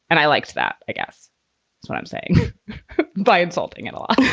and i liked that. guess what i'm saying by insulting and